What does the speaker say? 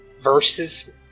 versus